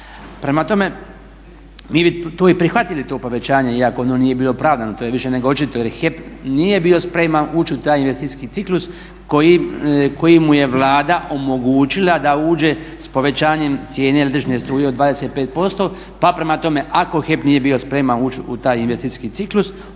Prema tome, mi bi tu i prihvatili to povećanje iako ono nije bilo pravdano, to je više nego očito jer HEP nije bio spreman ući u taj investicijski ciklus koji mu je Vlada omogućila da uđe s povećanjem cijene električne struje od 25%. Pa prema tome, ako HEP nije bio spreman ući u taj investicijski ciklus